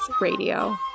Radio